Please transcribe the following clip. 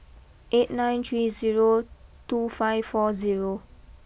eight nine three zero two five four zero